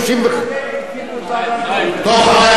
אז זה לא אומר שהם היטיבו עם האנשים האלה.